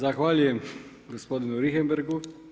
Zahvaljujem gospodinu Richemberghu.